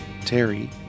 Terry